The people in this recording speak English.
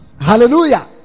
Hallelujah